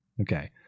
Okay